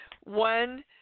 One